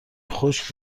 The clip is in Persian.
خشک